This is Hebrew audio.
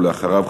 ואחריו,